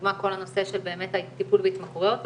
לדוגמה כל הנושא של הטיפול בהתמכרויות,